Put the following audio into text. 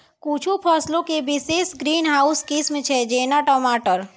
कुछु फसलो के विशेष ग्रीन हाउस किस्म छै, जेना टमाटर